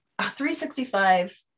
365